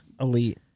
Elite